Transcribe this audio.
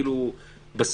אני